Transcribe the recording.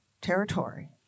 territory